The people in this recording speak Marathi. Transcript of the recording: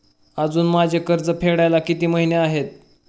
अजुन माझे कर्ज फेडायला किती महिने आहेत?